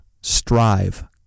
Strive